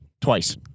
Twice